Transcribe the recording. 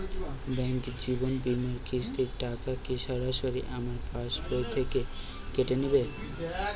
Bank জীবন বিমার কিস্তির টাকা কি সরাসরি আমার পাশ বই থেকে কেটে নিবে?